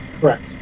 Correct